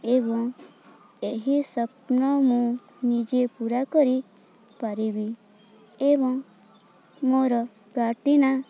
ଏବଂ ଏହି ସ୍ୱପ୍ନ ମୁଁ ନିଜେ ପୂରା କରିପାରିବି ଏବଂ ମୋର ପ୍ରାଟିନା